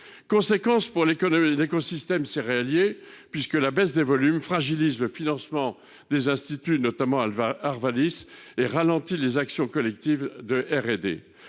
conséquences pour l’écosystème céréalier, puisque la baisse des volumes fragilise le financement des instituts, notamment Arvalis, et ralentit les actions collectives de